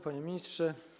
Panie Ministrze!